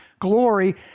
glory